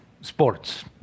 sports